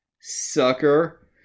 Sucker